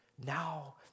Now